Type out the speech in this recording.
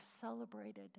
celebrated